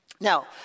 Now